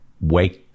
wake